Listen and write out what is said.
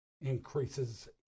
increases